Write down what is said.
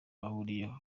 bahuriyeho